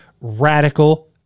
radical